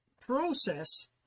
process